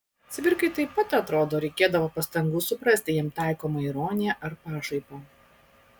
cvirkai taip pat atrodo reikėdavo pastangų suprasti jam taikomą ironiją ar pašaipą